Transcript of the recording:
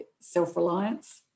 self-reliance